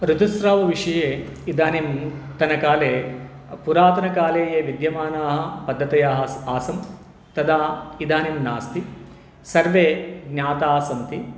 ऋतुस्रावविषये इदानीन्तनकाले पुरातनकाले ये विद्यमानाः पद्धतयः अस् आसं तदा इदानीं नास्ति सर्वे ज्ञाताः सन्ति